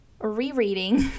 rereading